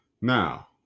now